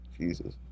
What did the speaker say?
Jesus